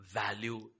value